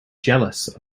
jealous